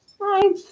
Hi